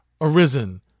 arisen